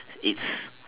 it's